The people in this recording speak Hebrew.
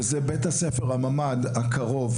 וזה בית הספר הממ"ד הקרוב,